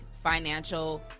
financial